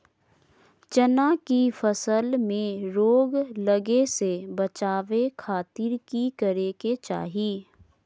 चना की फसल में रोग लगे से बचावे खातिर की करे के चाही?